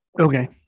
Okay